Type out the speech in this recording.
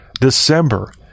December